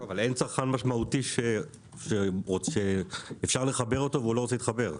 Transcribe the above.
אין צרכן משמעותי שאפשר לחבר אותו ולא רוצה להתחבר.